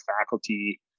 faculty